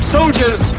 Soldiers